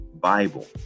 Bible